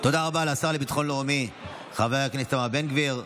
תודה לשר לביטחון לאומי חבר הכנסת איתמר בן גביר.